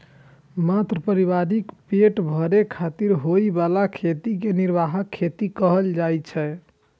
मात्र परिवारक पेट भरै खातिर होइ बला खेती कें निर्वाह खेती कहल जाइ छै